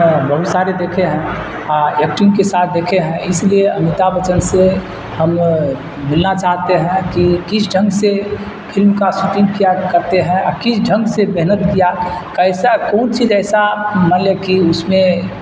بہت سارے دیکھے ہیں ایکٹنگ کے ساتھ دیکھے ہیں اس لیے امیتابھ بچن سے ہم ملنا چاہتے ہیں کہ کس ڈھنگ سے فلم کا سوٹنگ کیا کرتے ہیں کس ڈھنگ سے محنت کیا کیسا کون چیز ایسا مطلب کہ اس میں